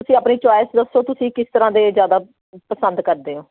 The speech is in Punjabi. ਤੁਸੀਂ ਆਪਣੀ ਚੋਇਸ ਦੱਸੋ ਤੁਸੀਂ ਕਿਸ ਤਰ੍ਹਾਂ ਦੇ ਜ਼ਿਆਦਾ ਪਸੰਦ ਕਰਦੇ ਹੋ